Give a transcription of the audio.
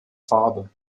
farbe